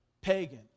pagan